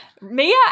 Mia